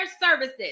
services